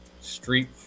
street